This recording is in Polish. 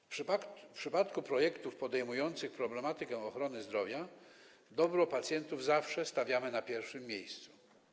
W przypadku projektów podejmujących problematykę ochrony zdrowia dobro pacjentów zawsze stawiamy na pierwszym miejscu.